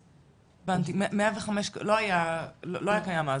הבנתי, 105 לא היה קיים אז.